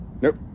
Nope